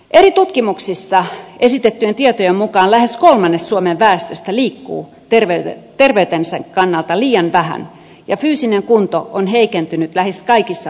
eri tutkimuksissa esitettyjen tietojen mukaan lähes kolmannes suomen väestöstä liikkuu terveytensä kannalta liian vähän ja fyysinen kunto on heikentynyt lähes kaikissa väestöryhmissä